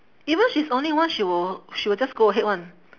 even she's only one she will she will just go ahead [one]